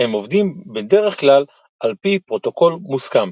הם עובדים בדרך כלל על פי פרוטוקול מוסכם.